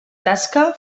tasca